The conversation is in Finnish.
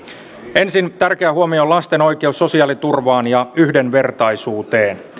ensin tärkeä huomio lasten oikeus sosiaaliturvaan ja yhdenvertaisuuteen